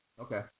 Okay